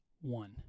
one